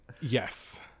Yes